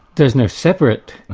there's no separate,